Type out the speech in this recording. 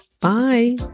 bye